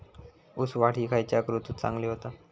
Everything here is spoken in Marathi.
ऊस वाढ ही खयच्या ऋतूत चांगली होता?